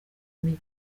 mibi